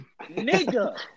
nigga